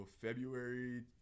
February